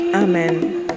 Amen